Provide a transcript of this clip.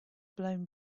blown